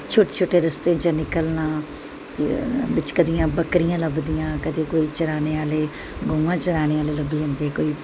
छोटे छोटे रस्तें चा निकलना बिच्च कदें बक्करियां लब्भदियां कदें कोई चराने आह्ले गवां चराने आह्ले लब्भी जंदे कोई